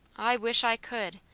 i wish i could!